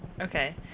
Okay